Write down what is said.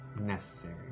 Necessary